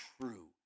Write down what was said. true